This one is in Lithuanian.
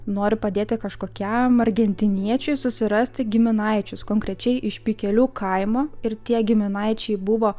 nori padėti kažkokiam argentiniečiui susirasti giminaičius konkrečiai iš pikelių kaimo ir tie giminaičiai buvo